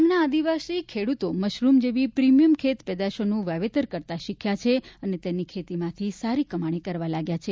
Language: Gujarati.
ડાંગના આદિવાસી ખેડૂતો મશરૂમ જેવી પ્રિમિયમ ખેતપેદાશનું વાવેતર કરતા શીખ્યા છે અને તેની ખેતીમાંથી સારી કમાણી કરવા લાગ્યા છે